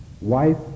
wife